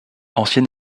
ancien